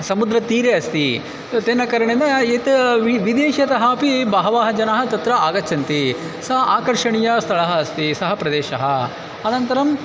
समुद्रतीरे अस्ति तेन कारणेन यत् वि विदेशतः अपि बहवः जनाः तत्र आगच्छन्ति स आकर्षणीयस्थलं अस्ति सः प्रदेशः अनन्तरं